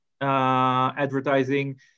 advertising